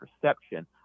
perception